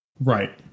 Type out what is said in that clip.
Right